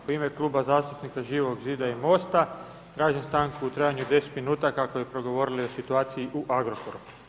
U ime Kluba zastupnika Živog zida i MOST-a tražim stanku u trajanju 10 minuta kako bi progovorili o situaciji u Agrokoru.